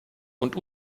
und